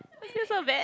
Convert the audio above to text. I feel so bad